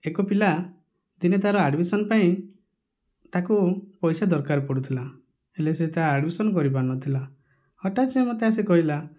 ଏକ ପିଲା ଦିନେ ତା'ର ଆଡ଼ମିସନ ପାଇଁ ତାକୁ ପଇସା ଦରକାର ପଡ଼ୁଥିଲା ହେଲେ ସିଏ ତା ଆଡ଼ମିସନ କରିପାରୁନଥିଲା ହଠାତ୍ ସେ ମୋତେ ଆସି କହିଲା